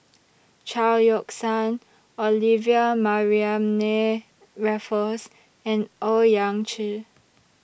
Chao Yoke San Olivia Mariamne Raffles and Owyang Chi